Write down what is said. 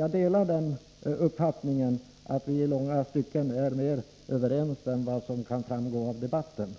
Jag delar uppfattningen att vi i långa stycken är mer överens än vad som framgår av debatten.